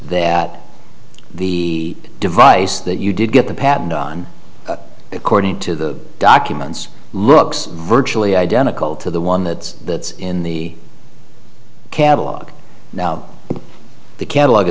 that the device that you did get the patent on according to the documents looks virtually identical to the one that's in the catalogue the catalogue